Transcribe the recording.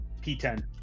P10